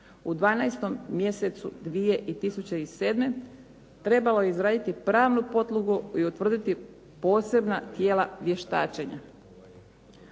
U 12. mjesecu 2007. trebalo je izraditi pravnu podlogu i utvrditi posebna tijela vještačenja.